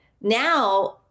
now